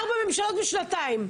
ארבע ממשלות בשנתיים.